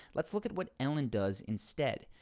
let's look at what ellen does instead.